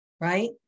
right